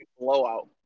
blowout